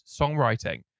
songwriting